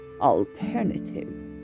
Alternative